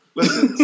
Listen